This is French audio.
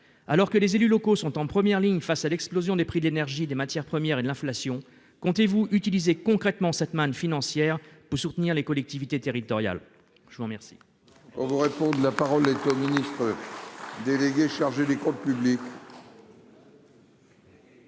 Alors que les élus locaux sont en première ligne face à l'explosion des prix de l'énergie, des matières premières et de l'inflation, comptez-vous utiliser concrètement cette manne financière pour soutenir les collectivités territoriales ? Bravo ! La parole